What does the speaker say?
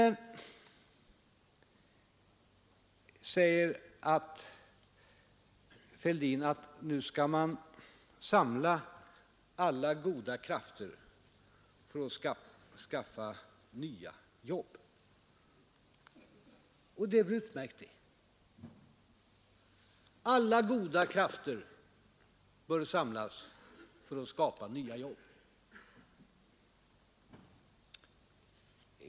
Sedan säger herr Fälldin att nu skall man samla alla goda krafter för att skaffa nya jobb. Och det är väl utmärkt.